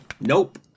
nope